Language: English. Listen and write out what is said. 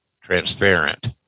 transparent